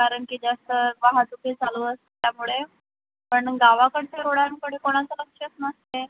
कारण की जास्त वाहतुकी चालू असल्यामुळे पण गावाकडच्या रोडांकडे कोणाचं लक्षच नसते